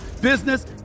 business